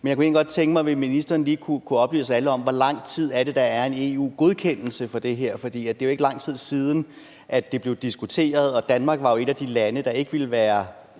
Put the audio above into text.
men jeg kunne egentlig godt tænke mig, om ministeren lige kunne oplyse alle om, hvor lang tid EU-godkendelsen gælder for det her, for det er jo ikke lang tid siden, det blev diskuteret, og Danmark var jo et af de lande, der ikke ville være